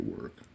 work